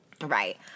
Right